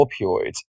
opioids